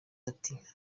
ati